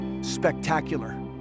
spectacular